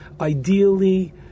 Ideally